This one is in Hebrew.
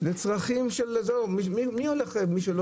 לצרכים של, מי הולך מי שהוא לא